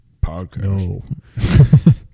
Podcast